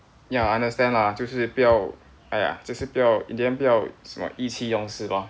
ya I understand lah 就是不要 !aiya! 就是不要 in the end 不要什么意气用事 lor